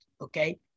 Okay